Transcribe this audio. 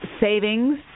savings